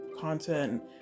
content